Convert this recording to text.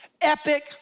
Epic